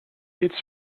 its